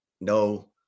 no